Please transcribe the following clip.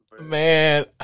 Man